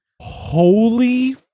holy